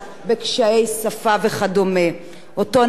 אותו נער נזרק לשוליים לא מבחירה,